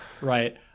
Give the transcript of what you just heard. Right